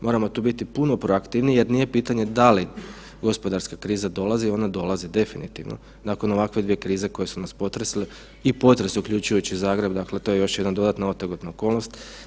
Moramo tu biti puno proaktivniji jer nije pitanje da li gospodarska kriza dolazi, ona dolazi definitivno nakon ovakve dvije krize koje su nas potresle i potres uključujući i Zagreb, dakle to je još jedna dodatna otegotna okolnost.